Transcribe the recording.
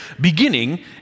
beginning